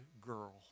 girl